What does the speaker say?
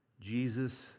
Jesus